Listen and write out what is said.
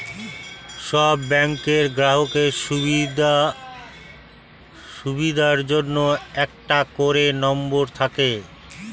সব ব্যাংকের গ্রাহকের সুবিধার জন্য একটা করে নম্বর থাকে